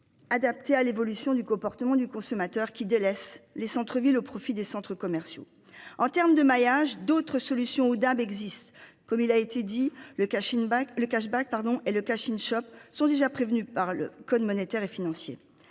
Adaptée à l'évolution du comportement du consommateur qui délaissent les centre-ville au profit des centres commerciaux, en terme de maillage d'autres solutions Audab existe comme il a été dit le cache une bague le cash Back pardon et le cash in shop sont déjà prévenu par le code monétaire et financier